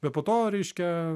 bet po to reiškia